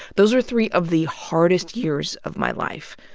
those were three of the hardest years of my life,